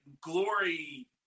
Glory